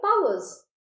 powers